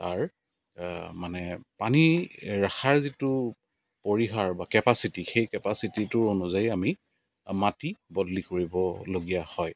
তাৰ মানে পানী ৰখাৰ যিটো পৰিহাৰ বা কেপাচিটি সেই কেপাচিটিটো অনুযায়ী আমি মাটি বদলি কৰিবলগীয়া হয়